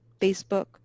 Facebook